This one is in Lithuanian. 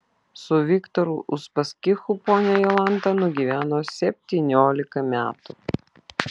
su viktoru uspaskichu ponia jolanta nugyveno septyniolika metų